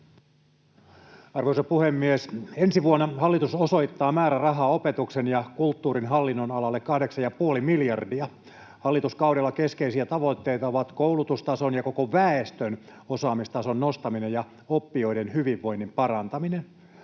Arvoisa puhemies! Ensi vuonna hallitus osoittaa määrärahaa opetuksen ja kulttuurin hallinnonalalle kahdeksan ja puoli miljardia. Hallituskaudella keskeisiä tavoitteita ovat koulutustason ja koko väestön osaamistason nostaminen ja oppijoiden hyvinvoinnin parantaminen.